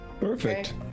Perfect